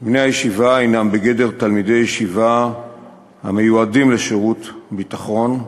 בני הישיבה הם בגדר תלמידי ישיבה המיועדים לשירות ביטחון,